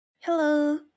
Hello